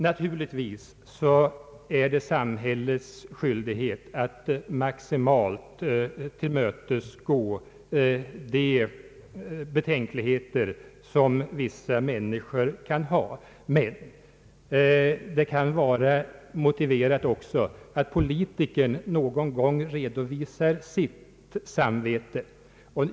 Naturligtvis är det samhällets skyldiget att maximalt respektera vissa människors betänkligheter, men det kan också vara motiverat att politikern någon gång redovisar sitt samvete.